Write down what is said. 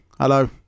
Hello